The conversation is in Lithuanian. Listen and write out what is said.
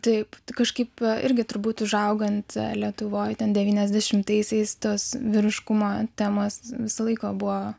taip kažkaip irgi turbūt užaugant lietuvoj ten devyniasdešimtaisiais tos vyriškumo temos visą laiką buvo